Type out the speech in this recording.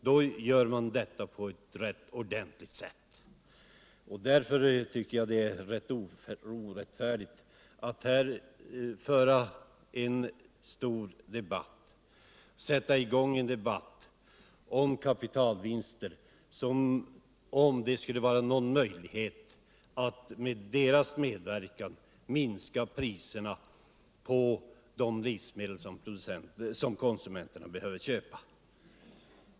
Därför tycker jag att det är ganska orättfärdigt att sätta i gång en debatt om kapitalvinster som om det skulle vara någon möjlighet att med deras medverkan sänka priserna på de livsmedel som konsumenterna behöver köpa.